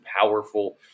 powerful